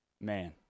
Man